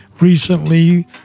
Recently